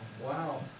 Wow